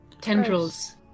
Tendrils